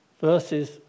Verses